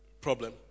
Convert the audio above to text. problem